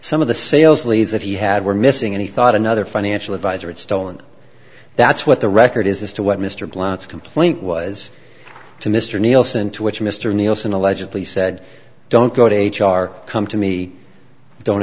some of the sales leads that he had were missing any thought another financial advisor had stolen that's what the record is as to what mr blount's complaint was to mr nielsen to which mr nielsen allegedly said don't go to h r come to me don't